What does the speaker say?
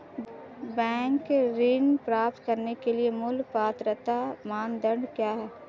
Bank ऋण प्राप्त करने के लिए मूल पात्रता मानदंड क्या हैं?